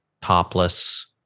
topless